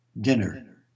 dinner